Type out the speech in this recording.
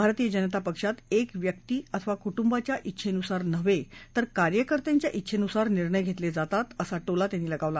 भारतीय जनता पक्षात एक व्यक्ती अथवा कुटुंबाच्या इच्छेनुसार नव्हे तर कार्यकर्त्यांच्या इच्छेनुसार निर्णय घेतले जातात असा टोला त्यांनी लगावला